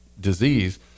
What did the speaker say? disease